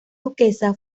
duquesa